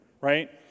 Right